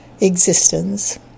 existence